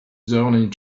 zoning